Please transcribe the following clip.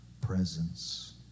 presence